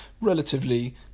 relatively